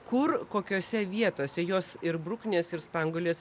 kur kokiose vietose jos ir bruknės ir spanguolės